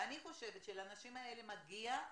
ואני חושבת שלאנשים האלה מגיעה